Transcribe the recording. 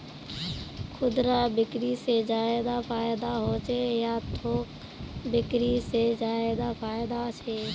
खुदरा बिक्री से ज्यादा फायदा होचे या थोक बिक्री से ज्यादा फायदा छे?